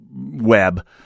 web